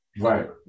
Right